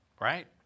right